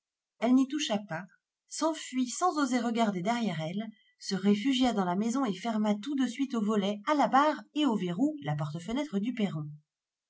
elle n'y toucha pas s'enfuit sans oser regarder derrière elle se réfugia dans la maison et ferma tout de suite au volet à la barre et au verrou la porte-fenêtre du perron